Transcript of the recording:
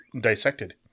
Dissected